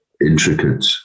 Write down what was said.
intricate